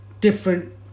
different